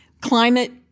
climate